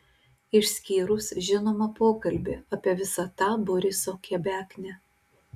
išskyrus žinoma pokalbį apie visą tą boriso kebeknę